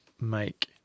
make